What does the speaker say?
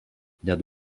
net